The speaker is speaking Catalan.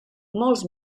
molts